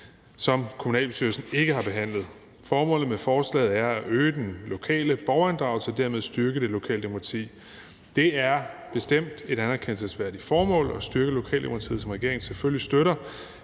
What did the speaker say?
som kommunalbestyrelsen ikke har behandlet. Formålet med forslaget er at øge den lokale borgerinddragelse og dermed styrke det lokale demokrati. Det er bestemt et anerkendelsesværdigt formål at styrke lokaldemokratiet, hvilket regeringen selvfølgelig støtter,